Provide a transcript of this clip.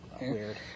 weird